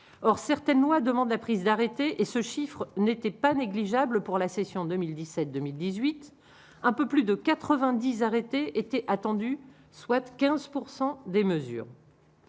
or certaines lois demande la prise d'arrêter et ce chiffre n'était pas négligeable pour la session 2017, 2018 un peu plus de 90 arrêtés étaient attendus, soit 15 pourcent des mesures.